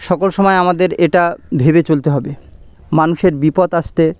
সকল সময় আমাদের এটা ভেবে চলতে হবে মানুষের বিপদ আসতে